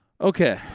Okay